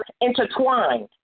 intertwined